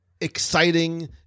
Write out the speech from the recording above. exciting